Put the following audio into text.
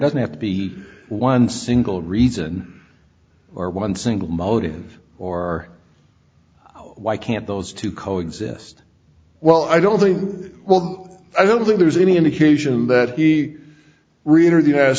doesn't have to be one single reason or one single motive or why can't those two coexist well i don't think well i don't think there's any indication that the